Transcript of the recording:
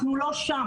אנחנו לא שם.